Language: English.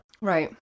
Right